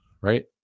right